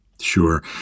sure